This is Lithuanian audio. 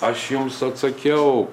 aš jums atsakiau